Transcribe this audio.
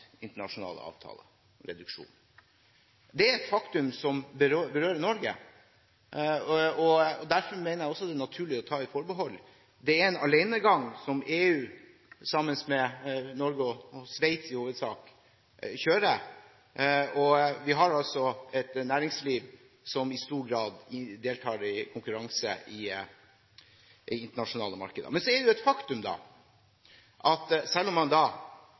internasjonale avtaler om reduksjon. Det er et faktum som berører Norge, og derfor mener jeg det er naturlig å ta et forbehold. Dette er en alenegang som EU, sammen med Norge og Sveits i hovedsak, kjører, og vi har et næringsliv som i stor grad deltar i konkurranse i internasjonale markeder. Men problemstillingen er – selv om man